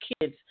kids